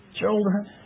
children